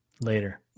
later